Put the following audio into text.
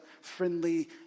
friendly